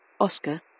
Oscar